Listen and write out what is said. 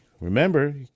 remember